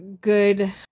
good